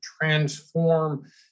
transform